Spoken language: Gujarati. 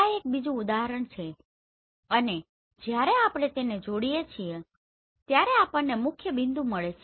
આ એક બીજું ઉદાહરણ છે અને જ્યારે આપણે તેને જોડીએ છીએ ત્યારે આપણને મુખ્યબિંદુ મળે છે